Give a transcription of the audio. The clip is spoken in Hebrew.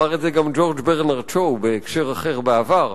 אמר את זה גם ג'ורג' ברנרד שו בהקשר אחר בעבר.